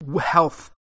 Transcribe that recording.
health